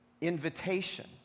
invitation